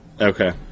Okay